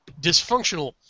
dysfunctional